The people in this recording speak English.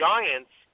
Giants